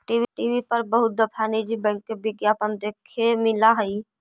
TV पर बहुत दफा निजी बैंक के विज्ञापन देखे मिला हई